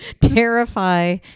terrify